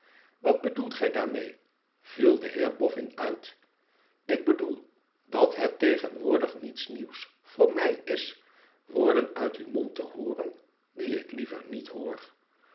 wat bedoelt gij daarmee f viel de heer boffin uit ik bedoel dat het tegenwoordig niets nieuws voor mij is woorden uit uw mond te hooren die ik liever niet hoor